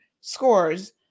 scores